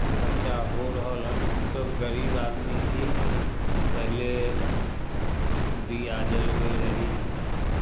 खर्चा हो रहल हन हमसभ गरीब आदमी छी पहिले दिया जलबै रही